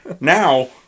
now